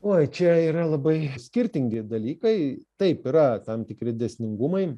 oi čia yra labai skirtingi dalykai taip yra tam tikri dėsningumai